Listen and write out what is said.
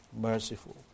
merciful